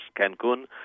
Cancun